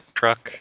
truck